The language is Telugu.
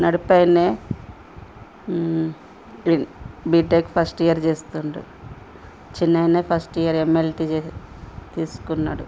నడిపాయన బి బీటెక్ ఫస్ట్ ఇయర్ చేస్తుండు చిన్నాయన ఫస్ట్ ఇయర్ ఎమ్ఎల్టీ తీ తీసుకున్నాడు